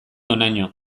honaino